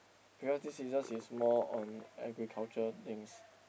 because this scissors is more on agriculture things